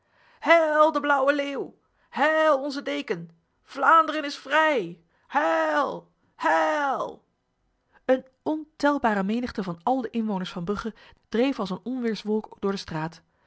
de blauwe leeuw heil onze deken vlaanderen is vrij heil heil een ontelbare menigte van al de inwoners van brugge dreef als een onweerswolk door de straat